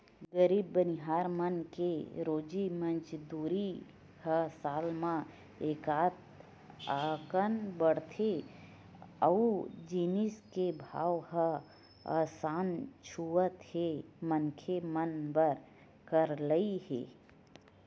गरीब बनिहार मन के रोजी मंजूरी ह साल म एकात अकन बाड़थे अउ जिनिस के भाव ह आसमान छूवत हे मनखे मन बर करलई हे